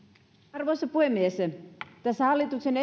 arvoisa puhemies tähän hallituksen